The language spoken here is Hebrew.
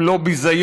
אם לא ביזיון?